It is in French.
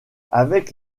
avec